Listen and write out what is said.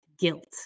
Guilt